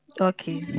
okay